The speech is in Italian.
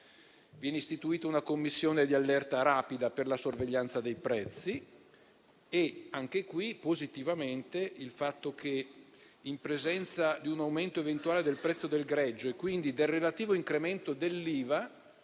Viene istituita una Commissione di allerta rapida per la sorveglianza dei prezzi e, anche qui, accogliamo positivamente il fatto che, in presenza di un aumento eventuale del prezzo del greggio e del relativo incremento dell'IVA,